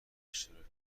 اشتراک